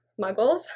muggles